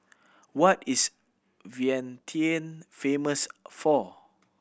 what is Vientiane famous for